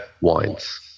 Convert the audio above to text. wines